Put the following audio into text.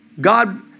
God